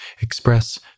express